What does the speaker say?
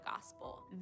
gospel